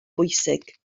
bwysig